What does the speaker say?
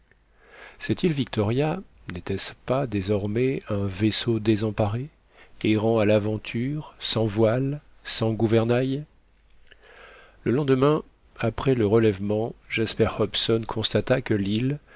cette île victoria n'était-ce pas désormais un vaisseau désemparé errant à l'aventure sans voiles sans gouvernail le lendemain après le relèvement jasper hobson constata que l'île